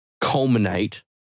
culminate